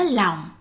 lòng